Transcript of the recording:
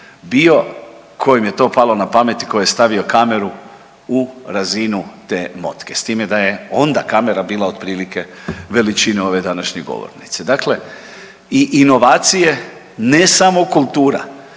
bio kojem je to palo na pamet i koji je stavio kameru u razinu te motke, s time da je onda kamera bila otprilike veličine ove današnje govornice. Dakle, i inovacije ne samo kultura